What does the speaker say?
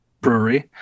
brewery